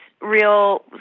real